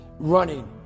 running